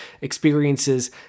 experiences